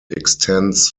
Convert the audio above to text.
extends